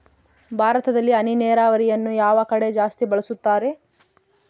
ಭಾರತದಲ್ಲಿ ಹನಿ ನೇರಾವರಿಯನ್ನು ಯಾವ ಕಡೆ ಜಾಸ್ತಿ ಬಳಸುತ್ತಾರೆ?